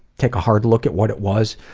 take a hard look at what it was.